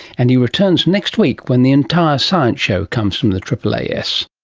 and he returns next week when the entire science show comes from the aaas